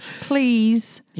Please